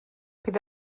bydd